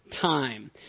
time